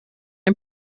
ein